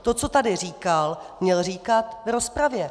To, co tady říkal, měl říkat v rozpravě.